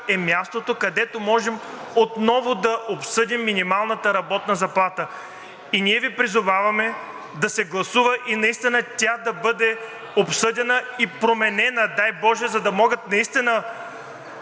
е мястото, където можем отново да обсъдим минималната работна заплата. И ние Ви призоваваме да се гласува и наистина тя да бъде обсъдена и променена, дай боже, за да могат наистина